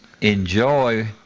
enjoy